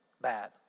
bad